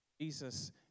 Jesus